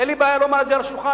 אין לי בעיה לומר את זה על השולחן.